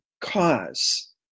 cause